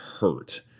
hurt